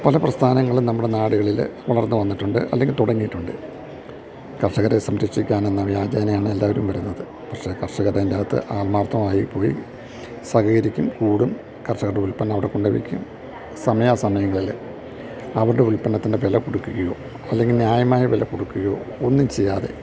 പല പ്രസ്ഥാനങ്ങളും നമ്മുടെ നാടുകളിൽ വളർന്ന് വന്നിട്ടൊണ്ട് അല്ലെങ്കിൽ തുടങ്ങിയിട്ടുണ്ട് കർഷകരെ സംരക്ഷിക്കാൻ എന്ന വ്യാജേനയാണ് എല്ലാവരും വരുന്നത് പക്ഷേ കർഷകർ അതിനകത്ത് ആത്മാർത്ഥമായി പോയി സഹകരിക്കും കൂടും കർഷകരുടെ ഉൽപ്പന്നം അവിടെ കൊണ്ടെവെക്കും സമയാ സമയങ്ങളിൽ അവരുടെ ഉൽപ്പന്നത്തിൻ്റെ വില കൊടുക്കുകയോ അല്ലെങ്കിൽ ന്യായമായ വില കൊടുക്കുകയോ ഒന്നും ചെയ്യാതെ